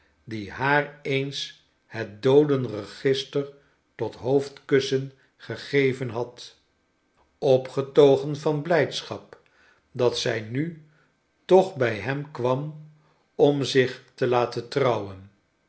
die haar eens het doodenregister tot hoofdkussen gegeven had opgetogen van blrjdschap dat zij nu toch tdij hem kwam om zich te laten trouwen